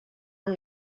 her